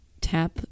Tap